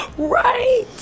Right